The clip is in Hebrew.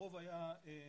הרוב היה באנגלית,